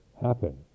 happen